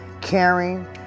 caring